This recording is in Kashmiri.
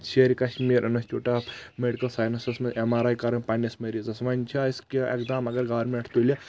Sher Kashmir institute of medical sciences منٛز ایم آر آی کرن پننِس مٔریضس وۄنۍ چھِ اسیِ کینٛہہ ایٚقدام اگر گورمینٛٹ تُلہِ